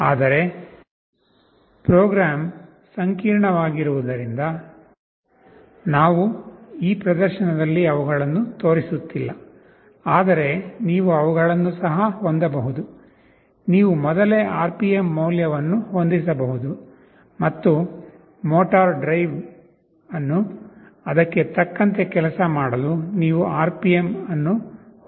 ಆದರೆ ಪ್ರೋಗ್ರಾಂ ಸಂಕೀರ್ಣವಾಗುವುದರಿಂದ ನಾವು ಈ ಪ್ರದರ್ಶನದಲ್ಲಿ ಅವುಗಳನ್ನು ತೋರಿಸುತ್ತಿಲ್ಲ ಆದರೆ ನೀವು ಅವುಗಳನ್ನು ಸಹ ಹೊಂದಬಹುದು ನೀವು ಮೊದಲೇ RPM ಮೌಲ್ಯವನ್ನು ಹೊಂದಿಸಬಹುದು ಮತ್ತು ಮೋಟಾರು ಡ್ರೈವ್ ಅನ್ನು ಅದಕ್ಕೆ ತಕ್ಕಂತೆ ಕೆಲಸ ಮಾಡಲು ನೀವು RPM ಅನ್ನು ಹೊಂದಿಸಬಹುದು